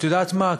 את יודעת מה,